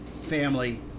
family